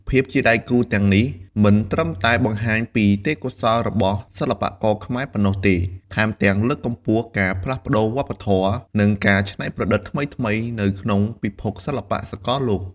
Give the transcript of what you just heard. ភាពជាដៃគូទាំងនេះមិនត្រឹមតែបង្ហាញពីទេពកោសល្យរបស់សិល្បករខ្មែរប៉ុណ្ណោះទេ ថែមទាំងលើកកម្ពស់ការផ្លាស់ប្តូរវប្បធម៌ និងការច្នៃប្រឌិតថ្មីៗនៅក្នុងពិភពសិល្បៈសកលលោក។